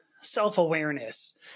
self-awareness